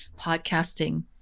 podcasting